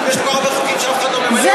יש כל כך הרבה חוקים שאף אחד לא ממלא אותם,